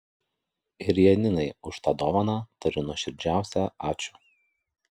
ir janinai už tą dovaną tariu nuoširdžiausią ačiū